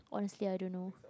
honestly I don't know